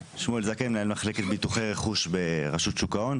משרד האנרגיה.